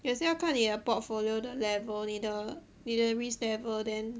也是要看你的 portfolio 的 level 你的你的 risk level then